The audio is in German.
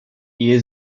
ehe